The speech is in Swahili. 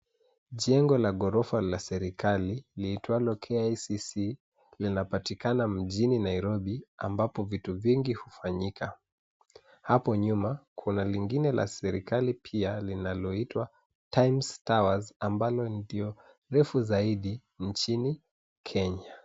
Jengo la ghorofa la serikali, liitwalo KICC, linapatikana mjini Nairobi ambapo vitu vingi hufanyika. Hapo nyuma kuna lingine la serikali pia, linaloitwa Times Towers ambalo ndilo refu zaidi nchini Kenya.